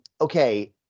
okay